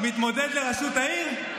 מתמודד לראשות העיר?